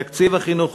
תקציב החינוך,